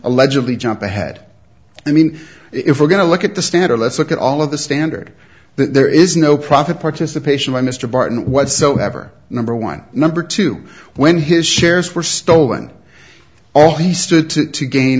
allegedly jump ahead i mean if we're going to look at the standard let's look at all of the standard there is no profit participation by mr barton whatsoever number one number two when his shares were stolen all the stood to gain